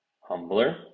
humbler